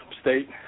state